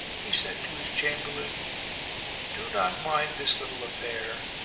he said to his chamberlain do not mind this little affair.